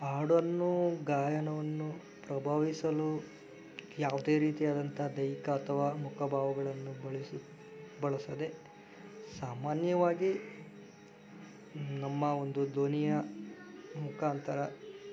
ಹಾಡನ್ನು ಗಾಯನವನ್ನು ಪ್ರಭಾವಿಸಲು ಯಾವುದೇ ರೀತಿಯಾದಂಥ ದೈಹಿಕ ಅಥವಾ ಮುಖ ಭಾವಗಳನ್ನು ಬಳಸಿ ಬಳಸದೆ ಸಾಮಾನ್ಯವಾಗಿ ನಮ್ಮ ಒಂದು ಧ್ವನಿಯ ಮುಖಾಂತರ